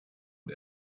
und